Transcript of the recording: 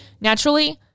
naturally